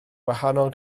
gwahanol